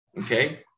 okay